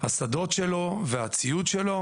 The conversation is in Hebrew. השדות שלו והציוד שלו.